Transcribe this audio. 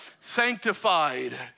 sanctified